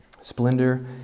Splendor